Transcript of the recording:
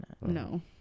no